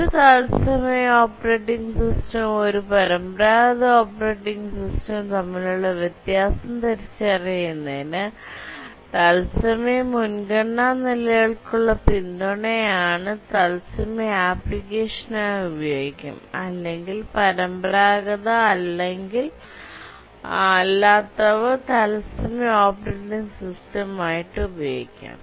ഒരു തത്സമയ ഓപ്പറേറ്റിംഗ് സിസ്റ്റവും ഒരു പരമ്പരാഗത ഓപ്പറേറ്റിംഗ് സിസ്റ്റവും തമ്മിലുള്ള വ്യത്യാസം തിരിച്ചറിയുന്നതിന് തത്സമയ മുൻഗണനാ നിലകൾക്കുള്ള പിന്തുണയാണ് തത്സമയ ആപ്ലിക്കേഷനായി ഉപയോഗിക്കാം അല്ലെങ്കിൽ പരമ്പരാഗത അല്ലാത്തവ തത്സമയ ഓപ്പറേറ്റിംഗ് സിസ്റ്റം ഉപയോഗിക്കാം